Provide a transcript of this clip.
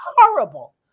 horrible